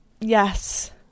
yes